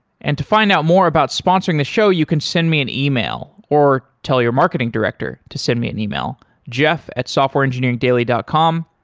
and to find out more about sponsoring the show, you can send me an email or tell your marketing director to send me an email, jeff at softwareengineering dot com.